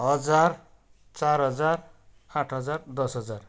हजार चार हजार आठ हजार दस हजार